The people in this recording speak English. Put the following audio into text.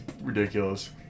ridiculous